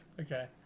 Okay